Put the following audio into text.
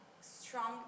strong